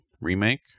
remake